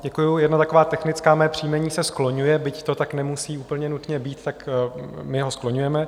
Děkuji, jedna taková technická moje příjmení se skloňuje, byť to tak nemusí úplně nutně být, tak my ho skloňujeme.